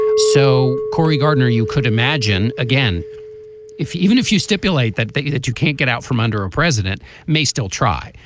so cory gardner you could imagine again if you even if you stipulate that that you that you can't get out from under a president may still try.